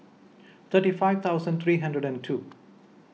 thirty five thousand three hundred and two